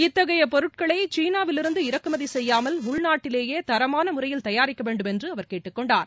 இத்தகைய பொருட்களை சீனாவிலிருந்து இறக்குமதி செய்யாமல் உள்நாட்டிலேயே தரமான முறையில் தயாரிக்க வேண்டும் என அவர் கேட்டுக்கொண்டார்